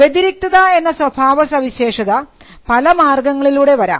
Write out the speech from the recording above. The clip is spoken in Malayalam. വ്യതിരിക്തത എന്ന സ്വഭാവസവിശേഷത പല മാർഗ്ഗങ്ങളിലൂടെ വരാം